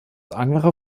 angerer